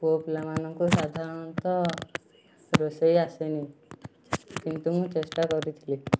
ପୁଅ ପିଲା ମାନଙ୍କୁ ସାଧାରଣତଃ ରୋଷେଇ ଆସେନି କିନ୍ତୁ ମୁଁ ଚେଷ୍ଟା କରିଥିଲି